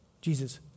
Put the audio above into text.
Jesus